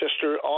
sister